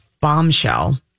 Bombshell